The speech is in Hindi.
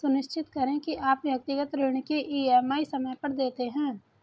सुनिश्चित करें की आप व्यक्तिगत ऋण की ई.एम.आई समय पर देते हैं